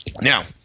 Now